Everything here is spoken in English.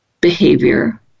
behavior